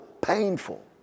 painful